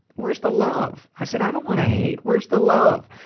where's the love? i said, i don't wanna hate. where's the love?